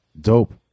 dope